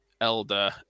Elder